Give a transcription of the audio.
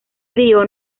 río